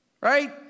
right